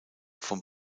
vom